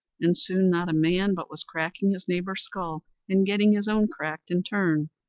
and soon not a man but was cracking his neighbour's skull and getting his own cracked in turn.